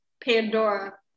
Pandora